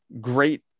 great